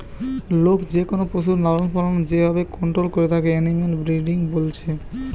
লোক যেকোনো পশুর লালনপালন যে ভাবে কন্টোল করে তাকে এনিম্যাল ব্রিডিং বলছে